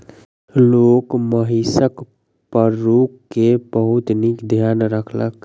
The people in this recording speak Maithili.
लोक महिषक पड़रू के बहुत नीक ध्यान रखलक